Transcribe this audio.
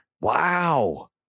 Wow